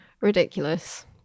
ridiculous